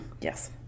Yes